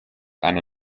eine